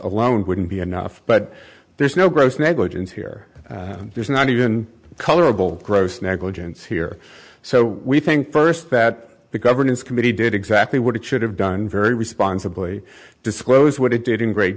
alone wouldn't be enough but there's no gross negligence here there's not even colorable gross negligence here so we think first that the governance committee did exactly what it should have done very responsibly disclose what it did in great